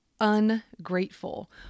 ungrateful